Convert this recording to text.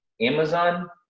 Amazon